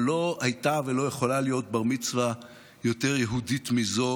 אבל לא הייתה ולא יכולה להיות בר-מצווה יותר יהודית מזו,